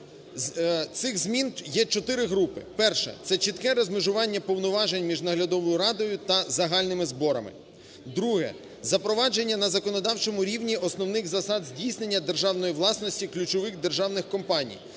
Цих змін є чотири групи. Перша. Це чітке розмежування повноважень між наглядовою радою та загальними зборами. Друге. Запровадження на законодавчому рівні основних засад здійснення державної власності ключових державних компаній,